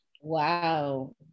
Wow